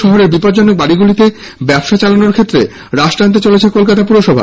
শহরের বিপজ্জনক বাড়িগুলিতে ব্যবসা চালানোর ক্ষেত্রে কলকাতা পুরসভা রাশ টানতে চলেছে কলকাতা পুরসভা